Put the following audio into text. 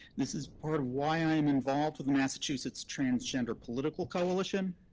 this is part of why i am involved with the massachusetts transgender political coalition,